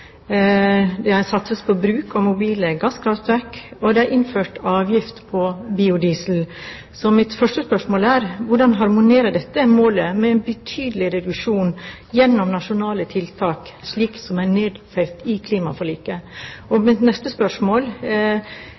Det er satset på bruk av mobile gasskraftverk, og det er innført avgift på biodiesel. Så mitt første spørsmål er: Hvordan harmonerer dette med målet om en betydelig reduksjon gjennom nasjonale tiltak, slik det er nedfelt i klimaforliket? Mitt neste spørsmål